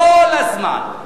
כל הזמן.